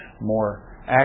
more